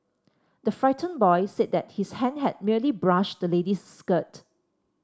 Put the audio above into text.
the frightened boy said that his hand had merely brushed the lady's skirt